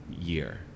year